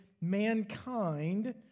mankind